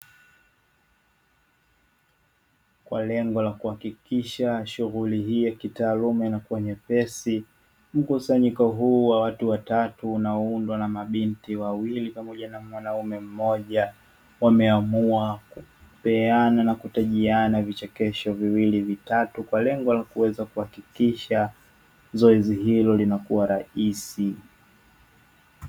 Kwa lengo la kuhakikisha shughuli hii ya kitaaluma inakuwa nyepesi, mkusanyiko huu watu watatu unaoundwa na mabinti wawili pamoja na mwanaume mmoja, wameamua kupeana na kutajiana vichekesho viwili vitatu kwa lengo la kuweza kuhakikisha zoezi hilo linakuwa rahisi.